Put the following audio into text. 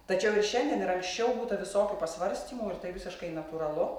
tačiau ir šiandien ir anksčiau būta visokių pasvarstymų ir tai visiškai natūralu